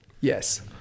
yes